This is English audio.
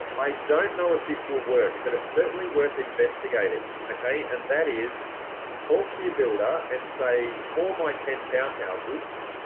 i don't know if this will work, but it's certainly worth investigating, okay. and that is talk to your builder and say for my ten townhouses,